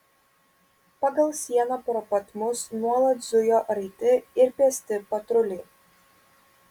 pagal sieną pro pat mus nuolat zujo raiti ir pėsti patruliai